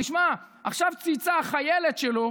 תשמע, עכשיו צייצה החיילת שלו